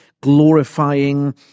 glorifying